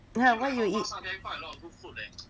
ya what you eat